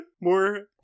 more